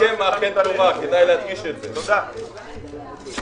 הישיבה ננעלה בשעה 11:27.